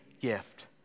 gift